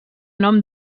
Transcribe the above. nom